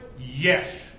Yes